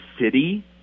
city